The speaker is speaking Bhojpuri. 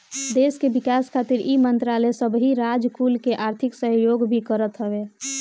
देस के विकास खातिर इ मंत्रालय सबही राज कुल के आर्थिक सहयोग भी करत हवे